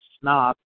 snob